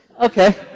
Okay